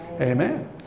amen